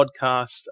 Podcast